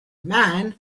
man